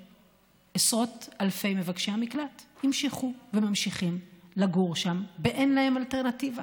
שעשרות אלפי מבקשי המקלט המשיכו וממשיכים לגור שם באין להם אלטרנטיבה.